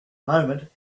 moment